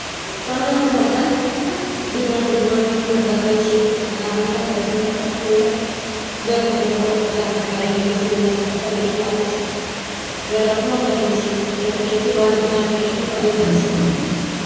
समय समयसँ दिनमे दू बेर तीन बेर देखै छियै आधा घण्टा दस मिनट पाँच मिनट देखि कऽ फेर बाल बच्चा सभ पढ़ै लिखै छै ओहो सभ पढ़य लिखय लागै छै फेर अपनो देखै छियै फेर खेतीबाड़ीके टाइममे खेतीबाड़ी भी जाइ छियै